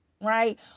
right